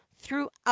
throughout